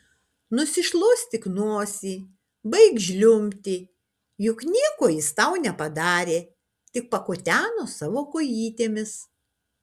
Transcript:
nusišluostyk nosį baik žliumbti juk nieko jis tau nepadarė tik pakuteno savo kojytėmis